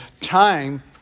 time